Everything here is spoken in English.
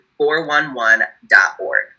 411.org